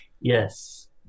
Yes